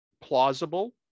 plausible